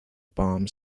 bomb